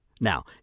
Now